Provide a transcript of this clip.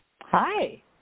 Hi